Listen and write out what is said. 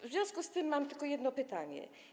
W związku z tym mam tylko jedno pytanie.